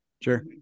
Sure